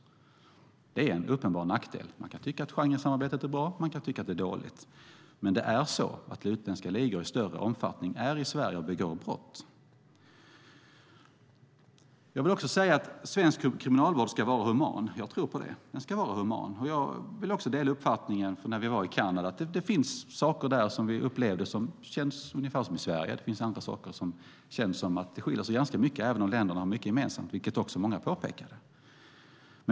Det är en uppenbar nackdel. Man kan tycka att Schengensamarbetet är bra, och man kan tycka att det är dåligt. Men utländska ligor finns i större omfattning i Sverige och begår brott. Svensk kriminalvård ska vara human. Jag tror på det. Jag delar uppfattningen om Kanada; det finns saker som vi upplevde där som känns ungefär som i Sverige, och det finns andra saker där det känns som att det skiljer sig ganska mycket även om länderna har mycket gemensamt. Detta påpekade också många.